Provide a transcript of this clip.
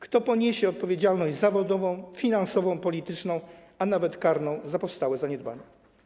Kto poniesie odpowiedzialność zawodową, finansową, polityczną, a nawet karną za powstałe zaniedbania?